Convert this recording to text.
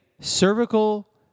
cervical